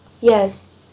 Yes